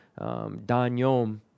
danyom